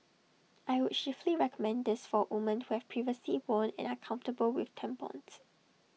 I would chiefly recommend this for women who have previously worn and are comfortable with tampons